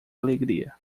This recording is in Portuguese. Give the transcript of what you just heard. alegria